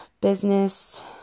business